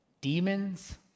demons